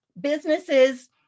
businesses